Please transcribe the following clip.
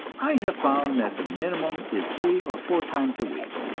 i have found that the minimum is three or four times a week.